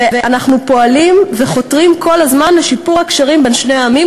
ואנחנו פועלים וחותרים כל הזמן לשיפור הקשרים בין שני העמים,